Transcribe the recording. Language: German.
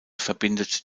verbindet